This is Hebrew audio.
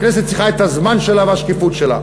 הכנסת צריכה את הזמן שלה והשקיפות שלה.